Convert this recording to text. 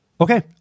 Okay